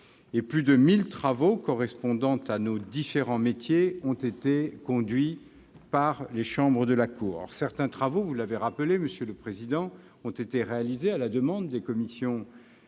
plus de 1 000 travaux correspondant à nos différents métiers ont été conduits par les chambres de la Cour. Certains travaux, vous l'avez rappelé, monsieur le président, ont été réalisés à la demande des commissions des